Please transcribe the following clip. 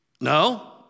No